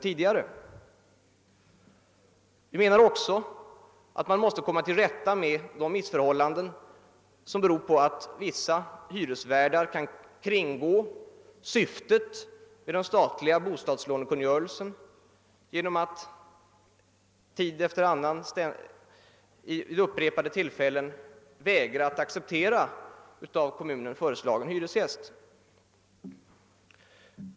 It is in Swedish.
Man måste också komma till rätta med de missförhållanden som beror på att vissa hyresvärdar kan kringgå syftet med den statliga bostadslånekungörelsen genom att vid upprepade tillfällen vägra att acceptera av kommunen föreslagen hyresgäst.